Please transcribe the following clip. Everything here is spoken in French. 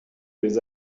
les